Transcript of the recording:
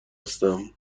هستم